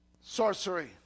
sorcery